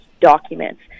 documents